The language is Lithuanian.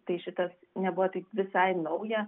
tai šitas nebuvo taip visai nauja